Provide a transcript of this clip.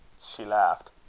she laughed.